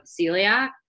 celiac